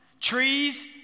trees